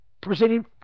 Presenting